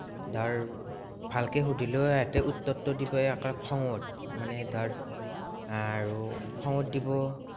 ধৰ ভালকে সুধিলেও সিহঁতে উত্তৰটো দিব একে খঙত মানে ধৰ আৰু খঙত দিব